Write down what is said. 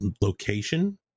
location